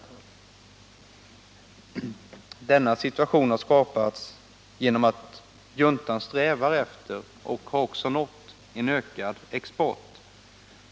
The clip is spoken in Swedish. Denna situation har skapats genom att juntan strävar efter och också har nått en ökad export.